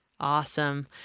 awesome